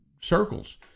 circles